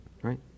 Right